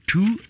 Two